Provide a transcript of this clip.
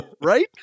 Right